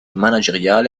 manageriale